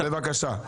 זאב, בבקשה.